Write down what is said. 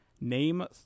name